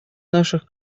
наших